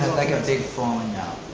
like a big falling out.